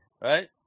right